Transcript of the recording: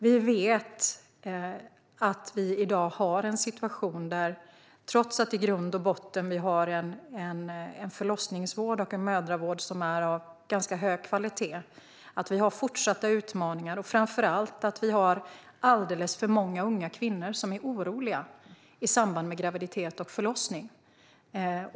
Trots att det i grunden i dag finns en förlossningsvård och mödravård som är av hög kvalitet vet vi att det finns fortsatta utmaningar. Framför allt är alldeles för många unga kvinnor oroliga i samband med graviditet och förlossning.